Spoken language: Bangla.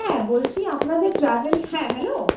হ্যাঁ বলছি আপনাদের ট্রাভেল হ্যাঁ হ্যালো